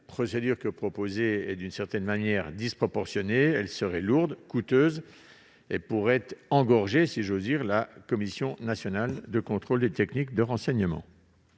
procédure que vous proposez est d'une certaine manière disproportionnée. Elle serait lourde, coûteuse et pourrait engorger la Commission nationale de contrôle des techniques de renseignement.